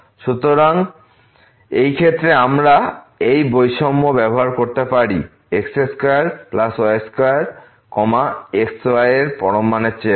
সুতরাং এই ক্ষেত্রে আমরা এই বৈষম্য ব্যবহার করতে পারি যে x2y2 xy এর পরম মানের চেয়ে বড়